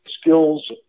skills